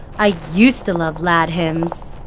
i used to love lad hims.